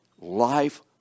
life